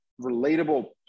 relatable